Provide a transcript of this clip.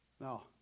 Now